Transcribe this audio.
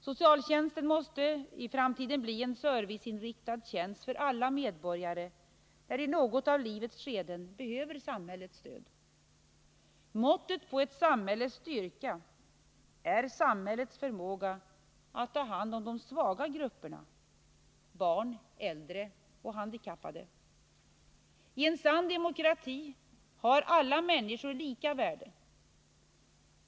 Socialtjänsten måste i framtiden bli en serviceinriktad tjänst för alla medborgare när de i något av livets skeden behöver samhällets stöd. Måttet på ett samhälles styrka är dess förmåga att ta hand om de svaga grupperna — barn, äldre och handikappade. I en sann demokrati har alla människor lika värde.